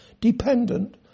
dependent